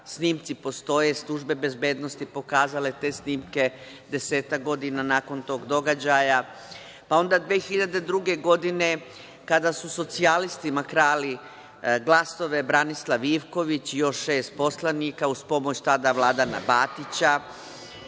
Snimci postoje, službe bezbednosti pokazale te snimke desetak godina nakon tog događaja. Pa, onda 2002. godine kada su socijalistima krali glasove, Branislav Ivković i još šest poslanika uz pomoć tada Vladana Batića.